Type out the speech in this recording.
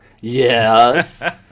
Yes